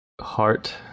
Heart